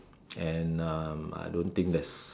and um I don't think there's